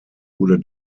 wurde